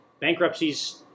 bankruptcies